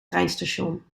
treinstation